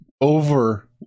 Over